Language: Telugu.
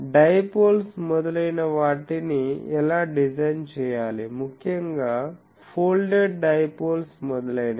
డైపోల్స్ మొదలైన వాటిని ఎలా డిజైన్ చేయాలి ముఖ్యంగా ఫోల్డెడ్ డైపోల్స్ మొదలైనవి